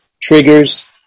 triggers